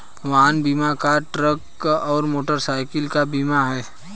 वाहन बीमा car, truck और मोटरसाइकिल का बीमा है